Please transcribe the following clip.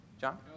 John